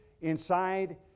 inside